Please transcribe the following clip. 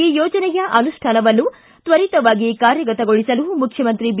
ಈ ಯೋಜನೆಯ ಅನುಷ್ಣಾನವನ್ನು ತ್ವರಿತವಾಗಿ ಕಾರ್ಯಗತಗೊಳಿಸಲು ಮುಖ್ಯಮಂತ್ರಿ ಬಿ